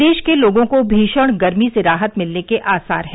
प्रदेश के लोगों को भीषण गर्मी से राहत मिलने के आसार हैं